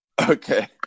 okay